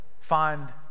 find